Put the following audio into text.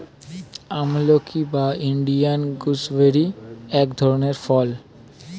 আমলকি বা Indian gooseberry এক ধরনের ফল